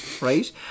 right